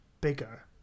bigger